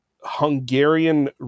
hungarian